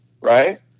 Right